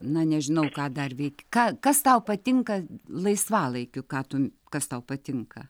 na nežinau ką dar veikt ką kas tau patinka laisvalaikiu ką tu kas tau patinka